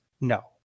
No